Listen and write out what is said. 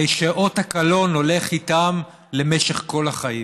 אות הקלון הולך איתם למשך כל החיים.